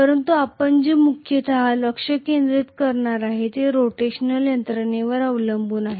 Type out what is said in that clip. परंतु आपण जे मुख्यत लक्ष केंद्रित करणार आहोत ते रोटेशनल यंत्रणेवर अवलंबून आहे